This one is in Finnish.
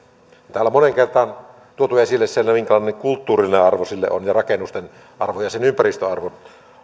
täällä on moneen kertaan tuotu esille se minkälainen kulttuurillinen arvo sillä on ja rakennusten arvo ja sen ympäristöarvo